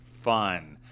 fun